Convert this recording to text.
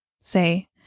Say